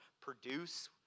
produce